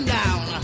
down